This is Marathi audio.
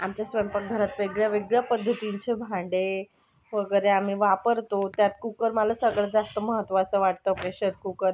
आमच्या स्वयंपाक घरात वेगळ्या वेगळ्या पद्धतींचे भांडे वगैरे आम्ही वापरतो त्यात कुकर मला सगळ्यात जास्त महत्त्वाचा वाटतो प्रेशर कुकर